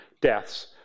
deaths